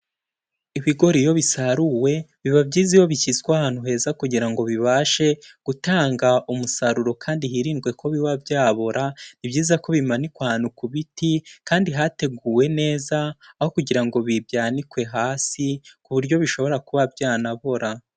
Ibigori iyo bisaruwe biba byiza iyo bishyizwe ahantu heza kugira ngo bibashe gutanga umusaruro kandi hirindwe ko biba byabora, ni byiza ko bimanikwa ahantu ku biti kandi hateguwe neza, aho kugira ngo byanikwe hasi ku buryo bishobora kuba byanabora.